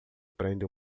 prende